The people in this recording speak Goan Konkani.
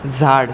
झाड